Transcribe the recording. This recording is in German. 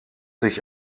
sich